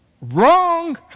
Wrong